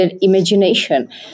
imagination